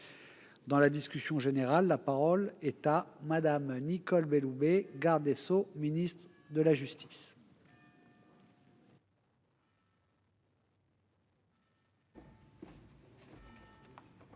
Dans la discussion générale, la parole est à Mme la garde des sceaux, ministre de la justice.